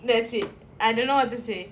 that's it I don't know what to say